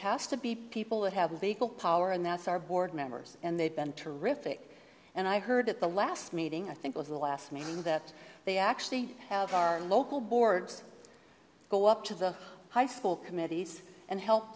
has to be people that have legal power and that's our board members and they've been terrific and i heard at the last meeting i think was the last meeting that they actually have our local boards go up to the high school committees and help